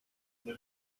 the